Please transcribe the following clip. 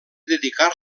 dedicar